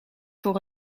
voor